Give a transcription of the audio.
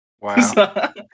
Wow